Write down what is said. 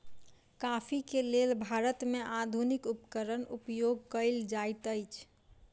coffee के लेल भारत में आधुनिक उपकरण उपयोग कएल जाइत अछि